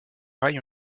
rail